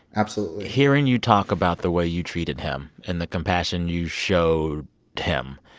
absolutely hearing you talk about the way you treated him and the compassion you showed him,